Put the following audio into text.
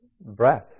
breath